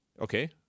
Okay